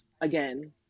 again